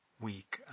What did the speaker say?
week